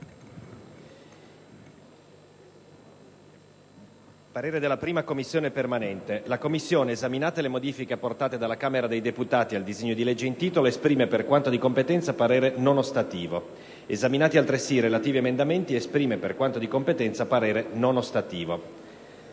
«La 1a Commissione permanente, esaminate le modifiche apportate dalla Camera dei deputati al disegno di legge in titolo, esprime, per quanto di competenza, parere non ostativo. Esaminati, altresì, i relativi emendamenti, esprime, per quanto di competenza, parere non ostativo».